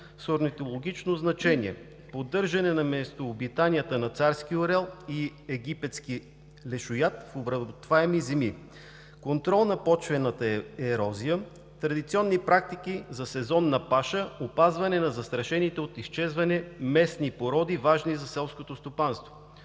с орнитологично значение; поддържане на местообитанията на царския орел и египетски лешояд в обработваеми земи; контрол на почвената ерозия, традиционни практики за сезонна паша; опазване на застрашените от изчезване местни породи, важни за селското стопанство;